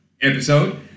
episode